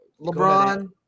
LeBron